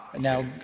Now